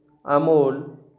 Amol